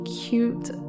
cute